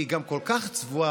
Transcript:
כי היא גם כל כך צבועה,